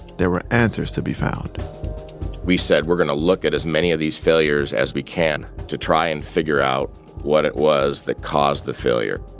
there were answers to be found we said, we're going to look at as many of these failures as we can to try and figure out what it was that caused the failure.